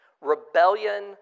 Rebellion